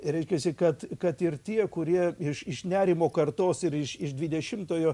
reiškiasi kad kad ir tie kurie iš iš nerimo kartos ir iš iš dvidešimtojo